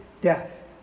death